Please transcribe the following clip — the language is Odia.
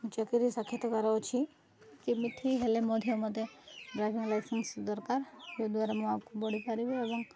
ମୁଁ ଚାକିରି ସାକ୍ଷାତ କରାଉଛି କେମିତି ହେଲେ ମଧ୍ୟ ମୋତେ ଡ୍ରାଇଭିଂ ଲାଇସେନ୍ସ ଦରକାର ଯଦ୍ୱାରା ମୁଁ ଆଗକୁ ବଢ଼ିପାରିବି ଏବଂ